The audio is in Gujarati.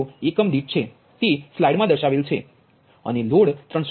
0 એકમ દીઠ તે સ્લાઇડ મા દર્શાવેલ છે અને લોડ 305